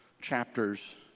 chapters